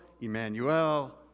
Emmanuel